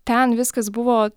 ten viskas buvo